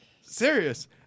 Serious